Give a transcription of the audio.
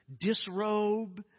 disrobe